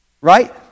Right